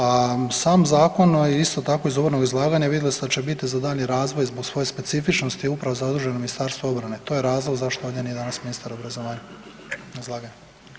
A sam zakon isto tako iz uvodnog izlaganja vidjeli ste da će biti za daljnji razvoj zbog svoje specifičnosti upravo zaduženo Ministarstvo obrane, to je razlog zašto ovdje nije danas ministar obrazovanja na izlaganju.